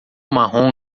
marrom